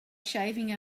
shaving